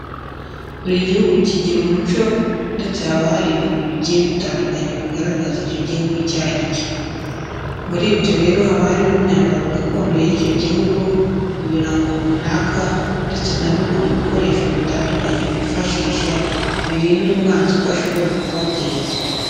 Buri gihugu kigira umuco ndetse haba hari ibintu bigiye bitandukanye bigaragaza icyo gihugu icyo ari cyo. Muri byo rero haba harimo imyambaro gakondo y'icyo gihugu, ibirango runaka ndetse na bimwe mu bikoresho bitandukanye bifashisha, birinda umwanzi ko ashobora kubatera.